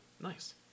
nice